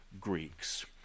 Greeks